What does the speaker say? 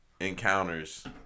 encounters